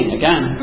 again